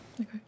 Okay